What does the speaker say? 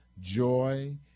joy